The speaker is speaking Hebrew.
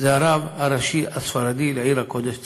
זה הרב הראשי הספרדי לעיר הקודש צפת.